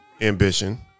Ambition